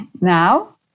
now